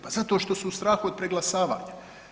Pa zato što su u strahu od preglasavanja.